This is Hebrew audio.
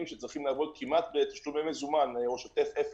שצריכים לעבוד כמעט בתשלומי מזומן או שוטף אפס,